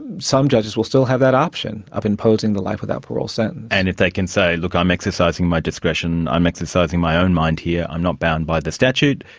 and some judges will still have that option of imposing the life without parole sentence. and if they can say, look, i'm exercising my discretion, i'm exercising my own mind here, i'm not bound by the statute',